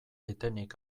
etenik